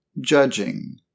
judging